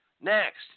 Next